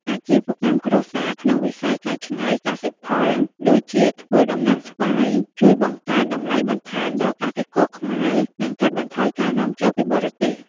អាជីវកម្មគ្រួសារក្នុងវិស័យកែច្នៃកសិផល ដូចជាការធ្វើដំណាប់ស្វាយ ជួយបង្កើនតម្លៃបន្ថែមដល់កសិករខ្មែរ និងកាត់បន្ថយការនាំចូលពីបរទេស។